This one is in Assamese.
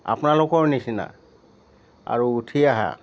আপোনালোকৰ নিচিনা আৰু উঠি অহা